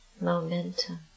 momentum